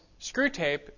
Screwtape